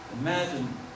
Imagine